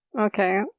Okay